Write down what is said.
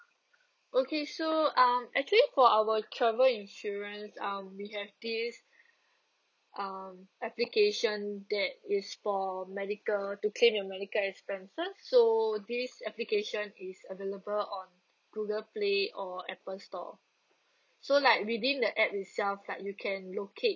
okay so um actually for our travel insurance um we have this um application that is for medical to claim your medical expenses so this application is available on google play or apple store so like within the app itself like you can locate